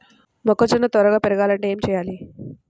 మొక్కజోన్న త్వరగా పెరగాలంటే ఏమి చెయ్యాలి?